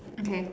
okay